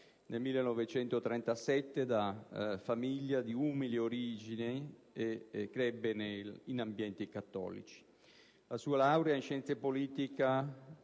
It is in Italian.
Grazie,